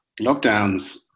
lockdowns